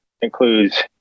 includes